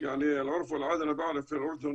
ושאלה יהיו צודקים